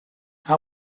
how